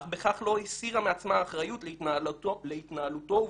אך בכך לא הסירה מעצמה אחריות להתנהלותו ובקרתו,